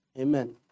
amen